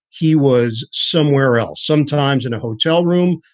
he was somewhere else sometimes in a hotel room,